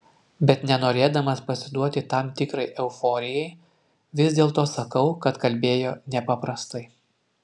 bet nenorėdamas pasiduoti tam tikrai euforijai vis dėlto sakau kad kalbėjo nepaprastai